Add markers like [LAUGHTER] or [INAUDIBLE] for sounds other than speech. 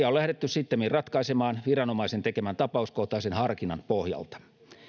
[UNINTELLIGIBLE] on lähdetty sittemmin ratkaisemaan viranomaisen tekemän tapauskohtaisen harkinnan pohjalta